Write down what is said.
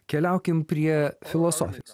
keliaukim prie filosofijos